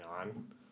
on